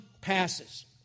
passes